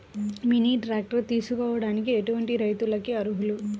Mini tractor తీసుకోవడానికి ఎటువంటి రైతులకి అర్హులు?